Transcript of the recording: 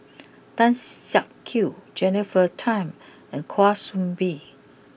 Tan Siak Kew Jennifer Tham and Kwa Soon Bee